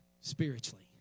spiritually